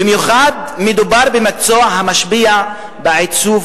במיוחד מדובר במקצוע המשפיע על עיצוב